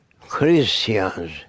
Christians